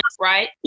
right